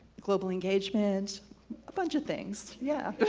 global engagement a bunch of things yeah